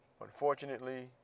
unfortunately